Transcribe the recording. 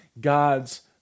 God's